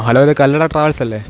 hello ഇത് കല്ലട ട്രാവെൽസല്ലെ